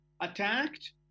attacked